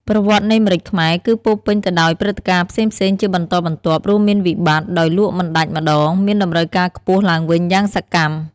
ប្រវត្តិនៃម្រេចខ្មែរ គឺពោរពេញទៅដោយព្រឹត្តិការណ៍ផ្សេងៗជាបន្តបន្ទាប់ រួមមានវិបត្តិ ដោយលក់មិនដាច់ម្តង មានតម្រូវការខ្ពស់ឡើងវិញយ៉ាងសកម្ម។